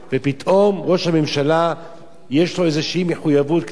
ופתאום ראש הממשלה יש לו איזושהי מחויבות כלפי